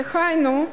דהיינו,